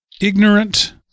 ignorant